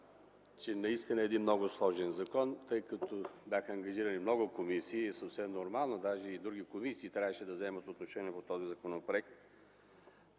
е наистина много сложен закон, тъй като по него бяха ангажирани много комисии – това е съвсем нормално, даже и други комисии трябваше да вземат отношение по този законопроект.